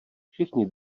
všichni